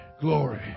Glory